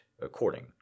according